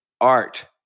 art